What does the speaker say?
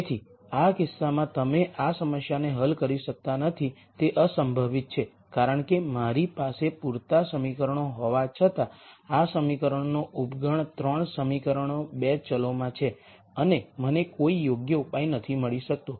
તેથી આ કિસ્સામાં તમે આ સમસ્યાને હલ કરી શકતા નથી તે અસંભવિત છે કારણ કે મારી પાસે પૂરતા સમીકરણો હોવા છતાં આ સમીકરણોનો ઉપગણ 3 સમીકરણો 2 ચલોમાં છે અને મને કોઈ યોગ્ય ઉપાય નથી મળી શકતો